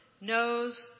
knows